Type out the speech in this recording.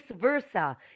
versa